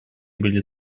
были